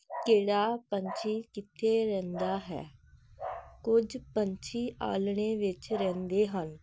ਕਿਹੜਾ ਪੰਛੀ ਕਿੱਥੇ ਰਹਿੰਦਾ ਹੈ ਕੁਝ ਪੰਛੀ ਆਲ੍ਹਣੇ ਵਿੱਚ ਰਹਿੰਦੇ ਹਨ